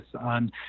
on